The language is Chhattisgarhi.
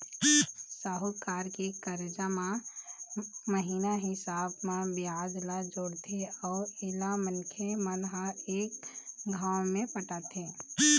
साहूकार के करजा म महिना हिसाब म बियाज ल जोड़थे अउ एला मनखे मन ह एक घांव म पटाथें